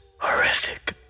horrific